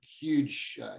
huge